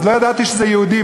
אז לא ידעתי שזה יהודים.